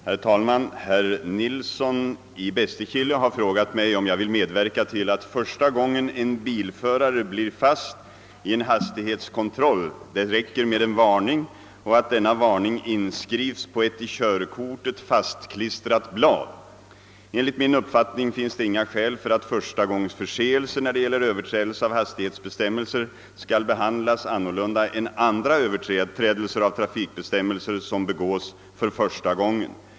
Herr talman! Herr Nilsson i Bästekille har frågat mig om jag vill medverka till att första gången en bilförare blir fast i en hastighetskontroll det räcker med varning och att denna varning inskrivs på ett i körkortet fastklistrat blad. Enligt min uppfattning finns det inga skäl för att förstagångsförseelser när det gäller överträdelse av hastighetsbestämmelser skall behandlas annorlunda än andra överträdelser av trafikbestämmelser som begås för första gången.